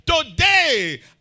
Today